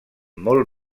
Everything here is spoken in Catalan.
molt